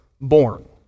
born